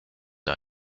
are